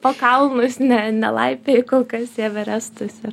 po kalnus ne nelaipioju kol kas į everestus ir